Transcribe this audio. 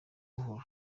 buhoro